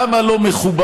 כמה לא מכובד,